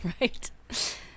right